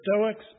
Stoics